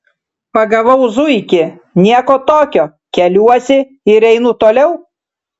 pagavau zuikį nieko tokio keliuosi ir einu toliau